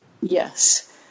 Yes